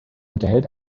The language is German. unterhält